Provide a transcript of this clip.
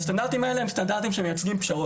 גם שיטת הגידול